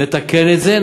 נתקן את זה,